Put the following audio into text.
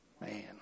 man